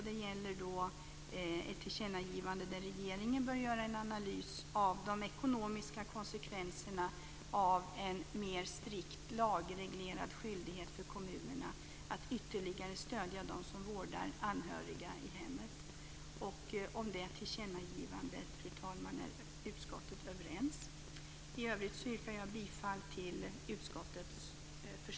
Det gäller ett tillkännagivande där regeringen bör göra en analys av de ekonomiska konsekvenserna av en mer strikt lagreglerad skyldighet för kommunerna att ytterligare stödja dem som vårdar anhöriga i hemmet. Utskottet är överens om det tillkännagivandet, fru talman. I övrigt yrkar jag bifall till utskottets förslag.